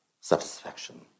satisfaction